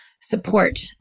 support